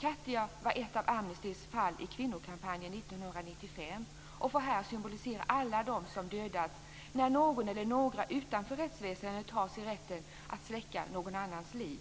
Katia var ett av Amnestys fall i kvinnokampanjen 1995 och får här symbolisera alla dem som dödas när någon eller några utanför rättsväsendet tar sig rätten att släcka någon annans liv.